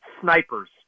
snipers